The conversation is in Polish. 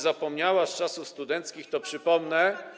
Zapomniała pani z czasów studenckich, to przypomnę.